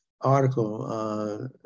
article